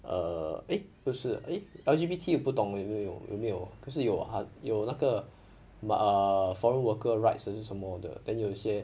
err eh 不是 eh L_G_B_T 不懂有没有有有没有可是有有那个 but ah foreign worker rights 还是什么的 then 有些